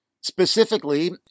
specifically